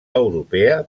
europea